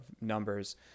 numbers